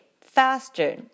faster